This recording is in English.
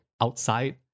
outside